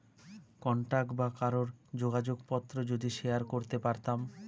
contact বা কারোর যোগাযোগ পত্র যদি শেয়ার করতে পারতাম